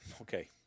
okay